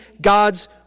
God's